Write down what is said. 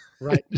Right